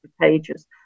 pages